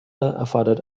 erfordert